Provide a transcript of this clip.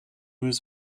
was